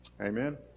Amen